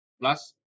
plus